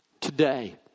today